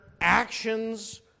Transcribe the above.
actions